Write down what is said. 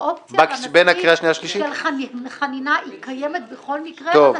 האופציה לחנינה קיימת בכל מקרה לנשיא.